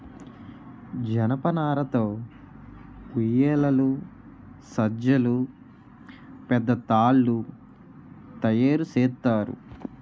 జనపనార తో ఉయ్యేలలు సజ్జలు పెద్ద తాళ్లు తయేరు సేత్తారు